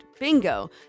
bingo